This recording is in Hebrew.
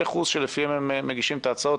ייחוס שלפיהם הם מגישים את ההצעות.